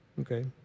Okay